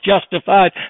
justified